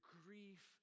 grief